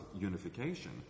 unification